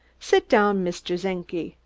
sid down, mr. czenki,